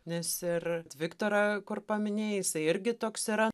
nes ir viktorą kur paminėjai jisai irgi toks yra